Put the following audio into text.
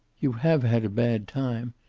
you have had a bad time,